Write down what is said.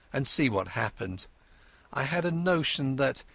and see what happened i had a notion that,